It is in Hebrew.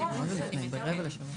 כולנו מוגבלים, אוקיי.